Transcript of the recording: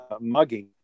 mugging